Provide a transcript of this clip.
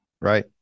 Right